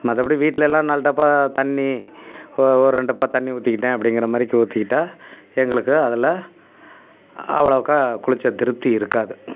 மற்றபடி வீட்டில எல்லாம் நாலு டப்பா தண்ணி ஒ ஒரு ரெண்டு டப்பா தண்ணி ஊற்றிக்கிட்டேன் அப்படிங்கிற மாதிரிக்கி ஊற்றிக்கிட்டா எங்களுக்கு அதில் அவ்ளோக்கா குளிச்ச திருப்தி இருக்காது